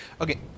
Okay